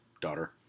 daughter